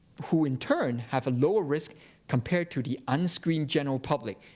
who in turn have a lower risk compared to the unscreened general public.